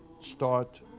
start